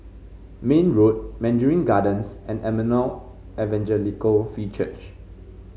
Mayne Road Mandarin Gardens and Emmanuel Evangelical Free Church